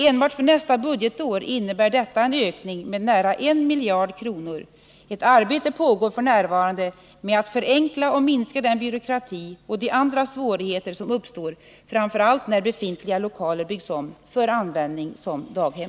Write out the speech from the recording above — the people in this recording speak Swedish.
Enbart för nästa budgetår innebär detta en ökning med nära 1 miljard kronor. Ett arbete pågår f. n. med att förenkla och minska den byråkrati och de andra svårigheter som uppstår framför allt när befintliga lokaler byggs om för användning som daghem.